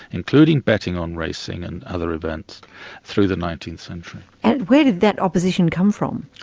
including betting on racing, and other events through the nineteenth century. and where did that opposition come from?